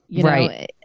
Right